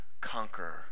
conquer